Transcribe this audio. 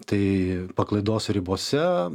tai paklaidos ribose